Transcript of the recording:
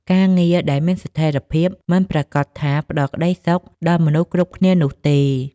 ការងារដែលមានស្ថិរភាព មិនប្រាកដថាផ្តល់ក្តីសុខដល់មនុស្សគ្រប់គ្នានោះទេ។